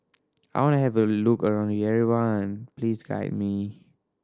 I want to have a look around Yerevan please guide me